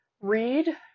read